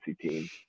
team